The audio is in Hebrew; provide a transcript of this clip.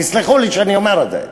תסלחו לי שאני אומר את זה.